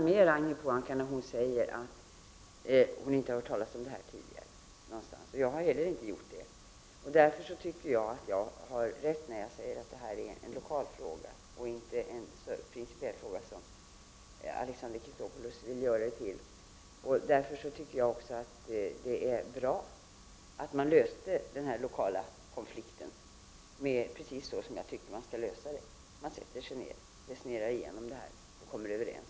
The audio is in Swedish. Men Ragnhild Pohanka säger också att hon inte hört talas om något sådant här tidigare, inte någonstans. Jag har inte heller gjort det. Därför tycker jag att jag har rätt när jag säger att det är en lokal fråga och inte en principiell fråga, som Alexander Chrisopoulos vill göra det till. Därför tycker jag också att det är bra att man löste den lokala konflikten precis så som jag tycker att sådana skall lösas, dvs. genom att man sätter sig ned och resonerar och kommer överens.